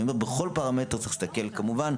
אני אומר: בכל פרמטר צריך להסתכל כמובן,